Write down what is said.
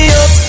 up